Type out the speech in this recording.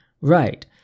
right